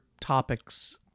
topics